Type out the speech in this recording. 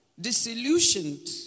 disillusioned